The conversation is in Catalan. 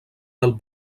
del